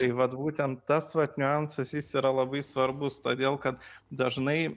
tai vat būtent tas vat niuansas jis yra labai svarbus todėl kad dažnai